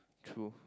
true